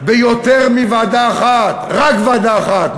ביותר מבוועדה אחת, רק בוועדה אחת.